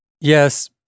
Yes